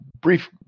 brief